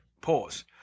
pause